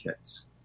kids